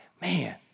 Man